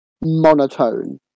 monotone